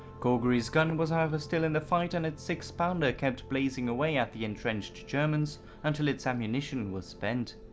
calgary's gun was however still in the fight and its six pounder kept blazing away at the entrenched germans until its ammunition was spent.